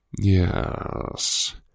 Yes